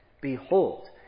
Behold